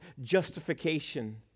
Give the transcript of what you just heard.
justification